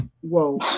whoa